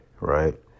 right